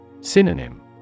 Synonym